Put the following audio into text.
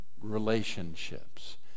relationships